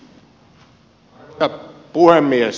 arvoisa puhemies